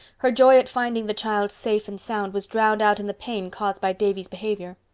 her joy at finding the child safe and sound was drowned out in the pain caused by davy's behavior.